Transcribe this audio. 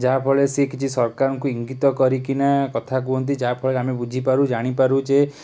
ଯାହାଫଳରେ ସେ କିଛି ସରକାରଙ୍କୁ ଇଙ୍ଗିତ କରିକିନା କଥା କୁହନ୍ତି ଯାହାଫଳରେ ଆମେ ବୁଝିପାରୁ ଜାଣିପାରୁ ଯେ